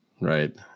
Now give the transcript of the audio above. right